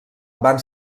van